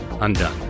undone